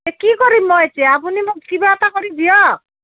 কি কৰিম মই এতিয়া আপুনি মোক কিবা কৰি দিয়ক